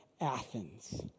Athens